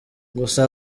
gusa